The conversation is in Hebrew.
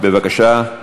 בבקשה.